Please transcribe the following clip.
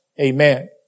Amen